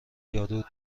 یارو